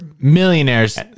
millionaires